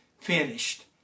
finished